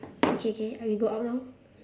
okay K ah we go out now